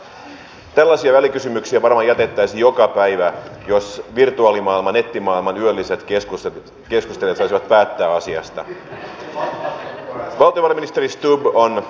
tämän lisäyksen ansiosta meidän ei tarvitse leikata vapaaehtoisesta maanpuolustuksesta joka on kaikkiaan kustannustehokas tapa pitää yllä reservimme taitoja